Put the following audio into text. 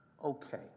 okay